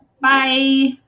bye